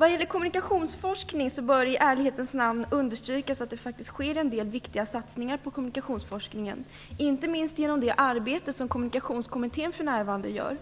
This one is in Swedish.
Det bör i ärlighetens namn understrykas att det faktiskt sker en del viktiga satsningar på kommunikationsforskningen, inte minst genom det arbete som Kommunikationskommittén för närvarande gör.